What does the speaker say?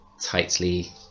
tightly